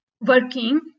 working